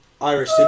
Irish